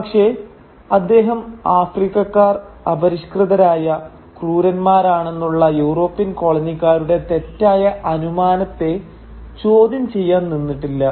പക്ഷേ അദ്ദേഹം ആഫ്രിക്കക്കാർ അപരിഷ്കൃതരായ ക്രൂരന്മാരാണെന്നുള്ള യൂറോപ്യൻ കോളനിക്കാരുടെ തെറ്റായ അനുമാനത്തെ ചോദ്യം ചെയ്യാൻ നിന്നില്ല